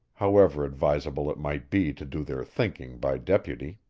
however advisable it might be to do their thinking by deputy.